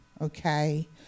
okay